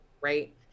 Right